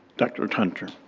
dr. hunter.